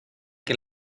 que